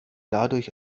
dadurch